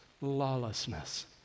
lawlessness